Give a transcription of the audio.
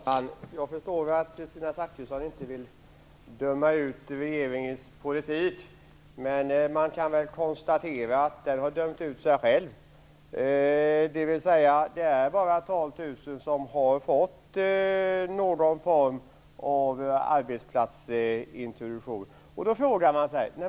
Herr talman! Jag förstår att Kristina Zakrisson inte vill döma ut regeringens politik. Man kan väl konstatera att den har dömt ut sig själv, därför att det är bara 12 000 personer som har fått någon form av arbetsplatsintroduktion.